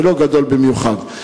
ולא גדול במיוחד.